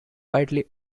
widely